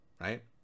Right